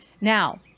Now